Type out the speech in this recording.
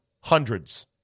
hundreds